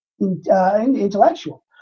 intellectual